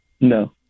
No